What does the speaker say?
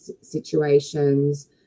situations